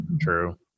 True